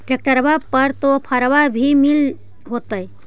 ट्रैक्टरबा पर तो ओफ्फरबा भी मिल होतै?